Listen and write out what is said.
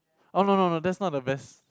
oh no no no that's not the best